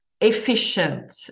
efficient